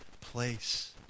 place